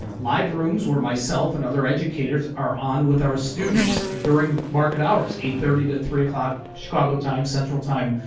live rooms where myself and other educators are on with our students during market hours, eight thirty to three o'clock chicago time, central time,